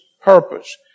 purpose